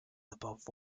above